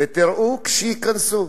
תראו כשייכנסו,